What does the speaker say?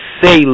say